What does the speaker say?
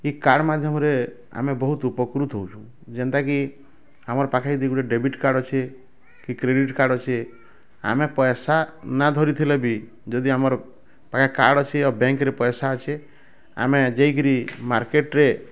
ଏଇ କାର୍ଡ଼ ମାଧ୍ୟମରେ ଆମେ ବହୁତ ଉପକୃତ ହଉଛୁ ଯେନ୍ତାକି ଆମ ପାଖେ ଯଦି ଡେବିଟ୍ କାର୍ଡ଼ ଅଛି କି କ୍ରେଡ଼ିଟ୍ କାର୍ଡ଼ ଅଛି ଆମ ପଇସା ନ ଧରିଥିଲେ ବି ଯଦି ଆମର ପାଖେ କାର୍ଡ଼ ଅଛି ଆଉ ବ୍ୟାଙ୍କରେ ପଇସା ଅଛି ଆମେ ଯେଇକିରି ମାର୍କେଟରେ